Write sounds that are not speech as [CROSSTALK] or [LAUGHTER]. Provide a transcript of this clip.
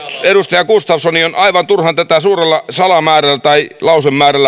edustaja gustafssonin on aivan turha hukuttaa numero suuren sanamäärän tai lausemäärän [UNINTELLIGIBLE]